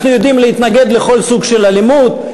אנחנו יודעים להתנגד לכל סוג של אלימות,